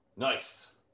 Nice